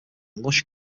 lush